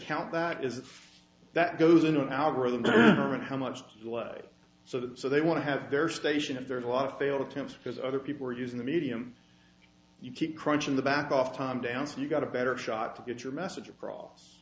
count that is that goes into an algorithm and how much to delay so they want to have their station if there's a lot of failed attempts because other people are using the medium you keep crunching the back off time down so you got a better shot to get your message across